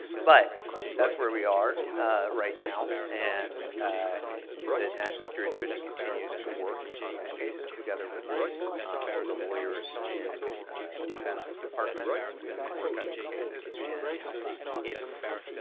but that's where we are right now. and ah the national security division continues to work on those cases together with the lawyers in the defense department who work on these cases. and it's,